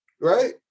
right